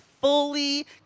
fully